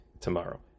tomorrow